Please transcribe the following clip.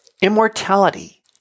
immortality